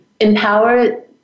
Empower